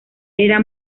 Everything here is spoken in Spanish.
era